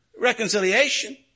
reconciliation